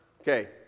Okay